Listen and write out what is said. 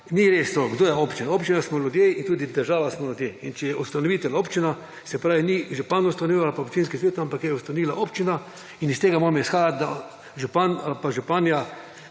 ni res to. Kdo je občina? Občina smo ljudje in tudi država smo ljudje in če je ustanovitelj občina se pravi ni župan ali pa občinski svet, ampak je ustanovila občina in iz tega moramo izhajati, da župan ali pa županja